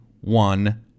one